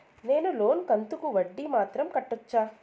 నేను లోను కంతుకు వడ్డీ మాత్రం కట్టొచ్చా?